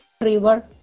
river